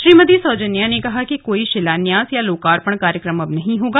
श्रीमती सौजन्या ने कहा कि कोई शिलान्यास या लोकार्पण कार्यक्रम नहीं होगा